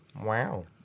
Wow